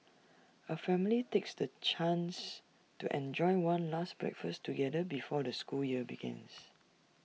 A family takes the chance to enjoy one last breakfast together before the school year begins